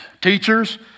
teachers